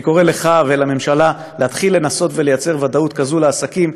אני קורא לך ולממשלה להתחיל לנסות לייצר ודאות כזאת לעסקים,